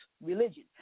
religion